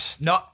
No